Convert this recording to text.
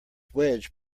wedge